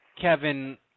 Kevin